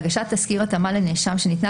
(ב) הורה בית משפט על הגשת תסקיר התאמה לנאשם שניתנה